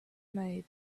made